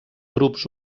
grups